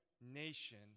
nation